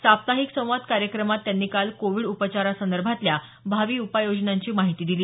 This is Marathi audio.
साप्ताहिक संवाद कार्यक्रमात त्यांनी काल कोविड उपचारासंदर्भातल्या भावी उपाय योजनांची माहिती दिली